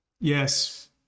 Yes